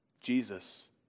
Jesus